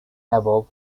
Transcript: above